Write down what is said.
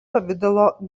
pavidalo